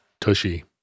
Tushy